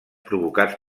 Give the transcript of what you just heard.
provocats